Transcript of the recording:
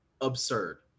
absurd